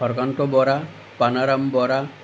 Harakanta Bora Panaram Bora